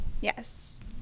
Yes